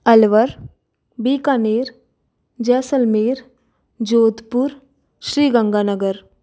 Alwar Bikaner Jaisalmer Jodhpur Shri Ganga Nagar